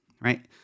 right